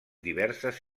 diverses